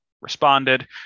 responded